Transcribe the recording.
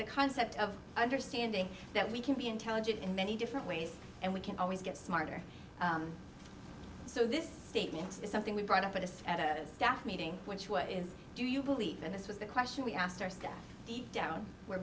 the concept of understanding that we can be intelligent in many different ways and we can always get smarter so this statement is something we brought up at the at a staff meeting which way do you believe and this was the question we asked our staff deep down where